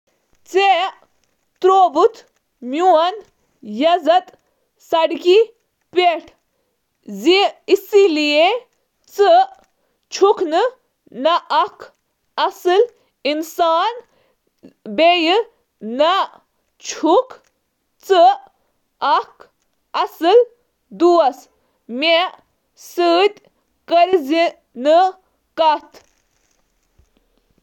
تۄہہِ چُھو سڑکہِ پٮ۪ٹھ میٲنۍ عزت خراب کٔرمٕژ۔ تُہۍ چھِو نہٕ اصل دوست، مےٚ سۭتۍ مَہ کٔرِو کَتھ۔